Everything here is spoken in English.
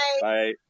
Bye